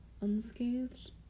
Unscathed